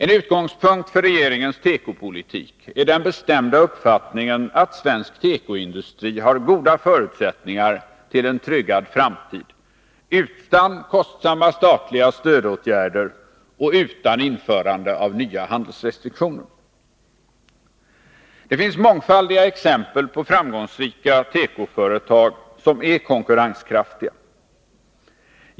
En utgångspunkt för regeringens tekopolitik är den bestämda uppfattningen att svensk tekoindustri har goda förutsättningar till en tryggad framtid utan kostsamma statliga stödåtgärder och utan införande av nya handelsrestriktioner. Det finns mångfaldiga exempel på framgångsrika tekoföretag som är konkurrenskraftiga.